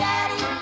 Daddy